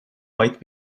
white